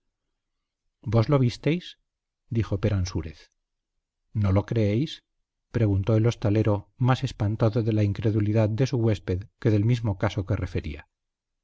vos lo visteis dijo peransúrez no lo creéis preguntó el hostalero más espantado de la incredulidad de su huésped que del mismo caso que refería